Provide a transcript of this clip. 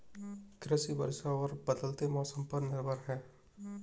कृषि वर्षा और बदलते मौसम पर निर्भर है